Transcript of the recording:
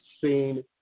seen